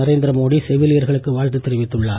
நரேந்திர மோடி செவிலியர்களுக்கு வாழ்த்து தெரிவித்துள்ளார்